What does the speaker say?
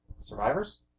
Survivors